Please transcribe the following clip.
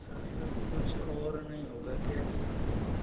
sir कुछ और नहीं होगा क्या इसमें